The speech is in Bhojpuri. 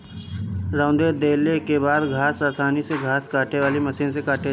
रौंद देले के बाद घास आसानी से घास काटे वाली मशीन से काटा जाले